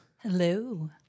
Hello